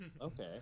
okay